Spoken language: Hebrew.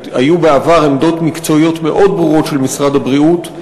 היו בעבר עמדות מקצועיות מאוד ברורות של משרד הבריאות,